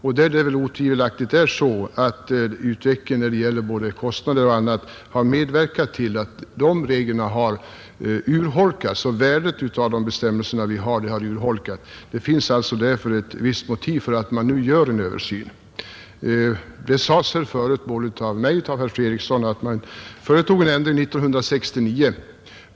Otvivelaktigt har utvecklingen av kostnaderna medverkat till att värdet av de bestämmelser som gäller har urholkats, Det finns därför ett visst motiv för att nu göra en översyn, Det sades förut både av mig och av herr Fredriksson att man företog en ändring 1969.